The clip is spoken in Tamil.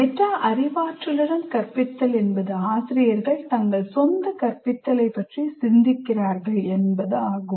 மெட்டா அறிவாற்றலுடன் கற்பித்தல் என்பது ஆசிரியர்கள் தங்கள் சொந்த கற்பித்தலை பற்றி சிந்திக்கிறார்கள் என்பதாகும்